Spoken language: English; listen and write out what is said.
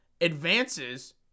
advances